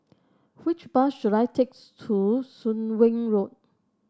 which bus should I takes to Soon Wing Road